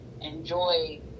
enjoy